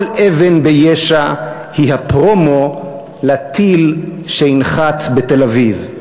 כל אבן ביש"ע היא הפרומו לטיל שינחת בתל-אביב.